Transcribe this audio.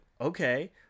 Okay